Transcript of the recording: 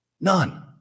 None